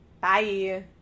bye